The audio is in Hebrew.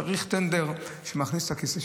צריך טנדר שמכניס את הכיסא,